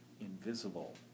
invisible